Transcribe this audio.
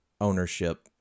ownership